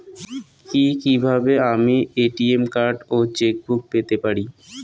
কি কিভাবে আমি এ.টি.এম কার্ড ও চেক বুক পেতে পারি?